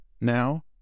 Now